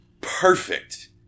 perfect